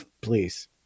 please